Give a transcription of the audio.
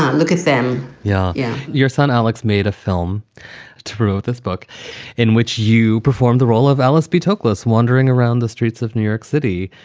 look at them. yeah know yeah your son alex made a film through this book in which you performed the role of alice b toklas wandering around the streets of new york city.